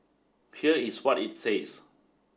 here is what it says